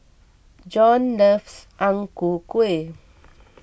John loves Ang Ku Kueh